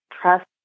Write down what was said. trust